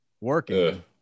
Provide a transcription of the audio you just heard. working